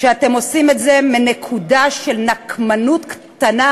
שאתם עושים את זה מנקודה של נקמנות קטנה,